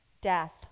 death